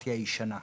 והבירוקרטיה הישנה,